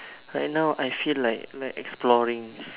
right now I feel like like exploring